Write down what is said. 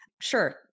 sure